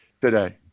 today